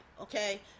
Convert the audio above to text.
okay